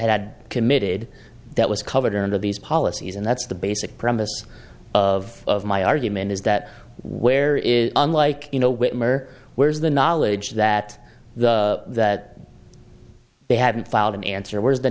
had committed that was covered under these policies and that's the basic premise of my argument is that where is unlike you know whitmer where is the knowledge that the that they haven't filed an answer where is the